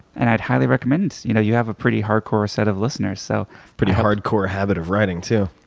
and i'd highly recommend. you know you have a pretty hardcore set of listeners so pretty hardcore habit of writing, too.